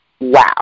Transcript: Wow